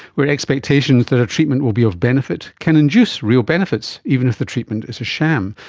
where expectations that a treatment will be of benefit can induce real benefits, even if the treatment is a sham,